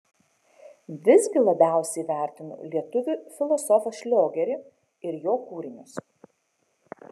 visgi labiausiai vertinu lietuvių filosofą šliogerį ir jo kūrinius